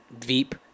Veep